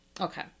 Okay